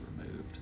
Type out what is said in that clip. removed